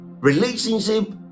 relationship